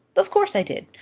of course i do,